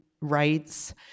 rights